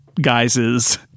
guises